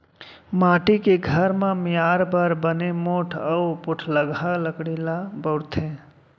माटी के घर मियार बर बने मोठ अउ पोठलगहा लकड़ी ल बउरथे